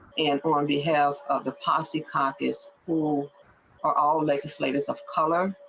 and on the health of the posse caucus who are all legislators of color.